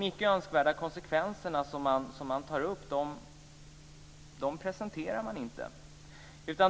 Man presenterar inte de icke önskvärda konsekvenserna.